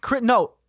no